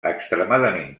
extremadament